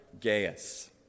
Gaius